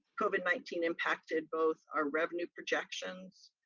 covid nineteen impacted both our revenue projections,